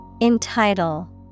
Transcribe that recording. Entitle